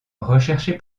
recherché